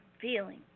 feeling